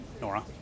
Nora